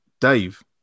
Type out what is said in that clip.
dave